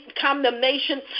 condemnation